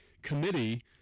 committee